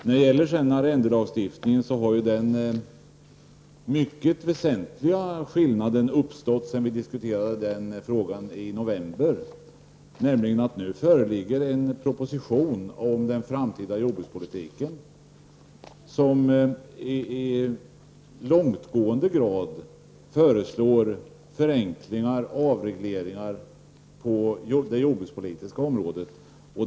Vad beträffar arrendelagstiftningen har den mycket väsentliga skillnaden uppstått sedan vi diskuterade frågan i november att nu föreligger en proposition om den framtida jordbrukspolitiken, där det föreslås långtgående förenklingar och avregleringar på det jordbrukspolitiska området.